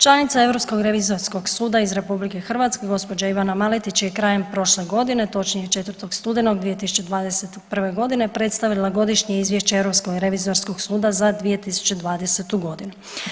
Članica Europskog revizorskog suda iz RH gđa. Ivana Maletić je i krajem prošle godine, točnije 4. studenog 2021.g. predstavila godišnje izvješće Europskog revizorskog suda za 2020.g.